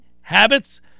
habits